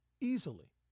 Easily